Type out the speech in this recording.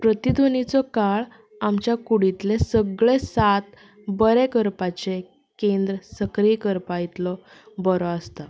प्रतिध्वनीचो काळ आमच्या कुडींतले सगळे साद बरें करपाचे केंद्र सक्रीय करपा इतलो बरो आसता